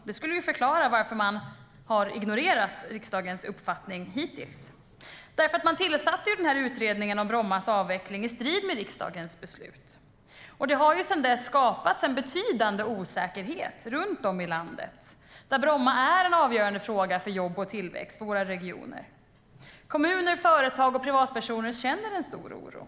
Det skulle förklara varför regeringen har ignorerat riksdagens uppfattning hittills. Utredningen om Brommas avveckling tillsattes i strid med riksdagens beslut. Sedan dess har det skapats en betydande osäkerhet runt om i landet. Bromma är en avgörande fråga för jobb och tillväxt i våra regioner. Kommuner, företag och privatpersoner känner stor oro.